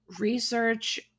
research